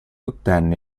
ottenne